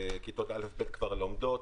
כיתות א'-ב' כבר לומדות,